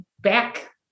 back